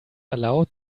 aloud